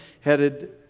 headed